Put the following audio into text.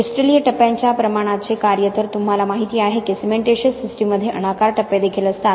क्रिस्टलीय टप्प्यांच्या प्रमाणाचे कार्य तर तुम्हाला माहिती आहे की सिमेंटीशिअस सिस्टीममध्ये अनाकार टप्पे देखील असतात